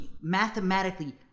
mathematically